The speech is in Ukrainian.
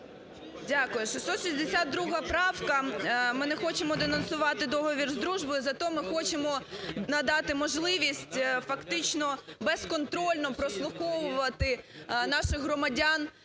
Дякую. 662 правка. Ми не хочемо денонсувати договір з дружбою, зате ми хочемо надати можливість фактично безконтрольно прослуховувати наших громадян,